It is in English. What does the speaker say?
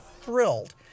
thrilled